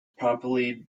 promptly